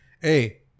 hey